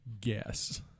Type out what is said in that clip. Guess